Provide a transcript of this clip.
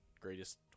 greatest